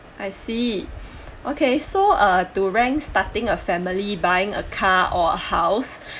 I see okay so uh to rank starting a family buying a car or a house